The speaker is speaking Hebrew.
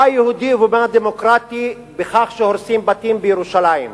מה יהודי ומה דמוקרטי בכך שהורסים בתים בירושלים?